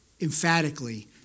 emphatically